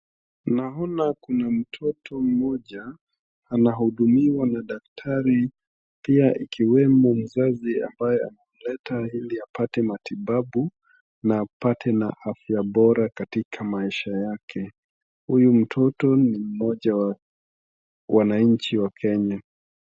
Naona kuna mtoto mmoja ana hudumiwa na daktari pia ikiwemo mzazi ambaye amemleta ili apate matibabu na apate na afya bora katika maisha yake. Huyu mtoto ni mmoja wa wananchi wa Kenya.